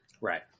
Right